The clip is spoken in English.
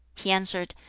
he answered,